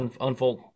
unfold